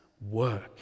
work